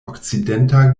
okcidenta